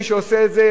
מי שעושה את זה,